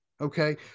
okay